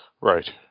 Right